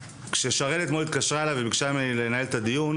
כששרן אתמול התקשרה אליי וביקשה ממני לנהל את הדיון